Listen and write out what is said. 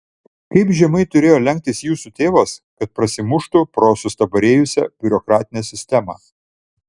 kaip žemai turėjo lenktis jūsų tėvas kad prasimuštų pro sustabarėjusią biurokratinę sistemą